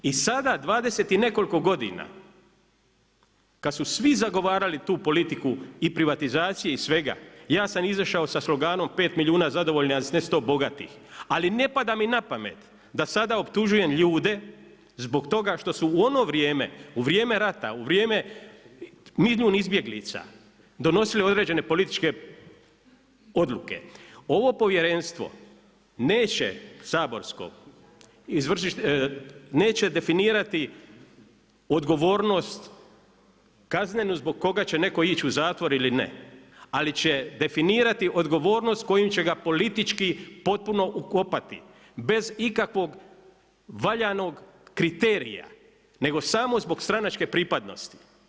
I sada, 20 i nekoliko godina kad su svi zagovarali tu politiku i privatizaciju i svega, ja sam izašao sa sloganom pet milijuna zadovoljnih ali ne sa sto bogatih, ali ne pada mi na pamet da se optužujem ljude zbog toga što su u ono vrijeme, u vrijeme rata, u vrijeme milijun izbjeglica, donosile određene političke odluke, ovo Povjerenstvo, neće, saborsko, neće definirati odgovornost kaznenu zbog koga će netko ići u zatvor ili ne, ali će definirati odgovornost kojim će ga politički potpuno ukopati, bez ikakvog valjanog kriterija nego samo zbog stranačke pripadnosti.